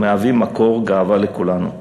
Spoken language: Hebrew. המהווים מקור גאווה לכולנו.